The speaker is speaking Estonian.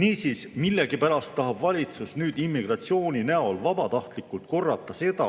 Niisiis, millegipärast tahab valitsus nüüd immigratsiooni näol vabatahtlikult korrata seda,